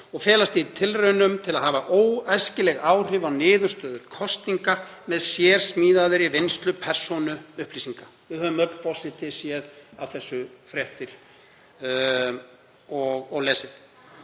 og felast í tilraunum til að hafa óæskileg áhrif á niðurstöður kosninga með sérmiðaðri vinnslu persónuupplýsinga. Við höfum öll séð, forseti, af þessu fréttir og lesið.